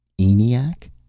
eniac